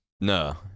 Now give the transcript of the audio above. no